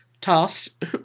tossed